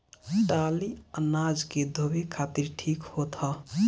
टाली अनाज के धोए खातिर ठीक होत ह